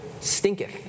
stinketh